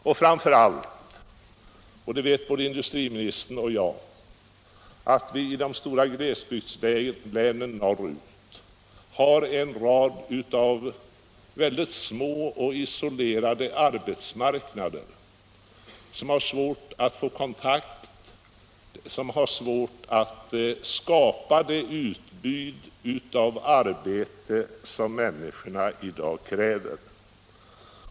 Både industriministern och jag vet att vi framför allt i de stora glesbygdslänen norrut har en rad väldigt små och isolerade arbetsmarknader som har svårt att få kontakt och har svårt att skapa det utbud av arbete som människorna i dag kräver.